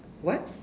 what